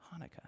Hanukkah